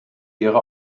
ihre